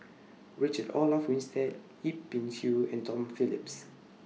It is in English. Richard Olaf Winstedt Yip Pin Xiu and Tom Phillips